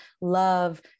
love